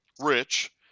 Rich